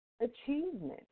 achievement